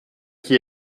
qui